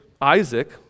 Isaac